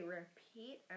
repeat